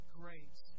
grace